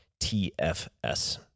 TFS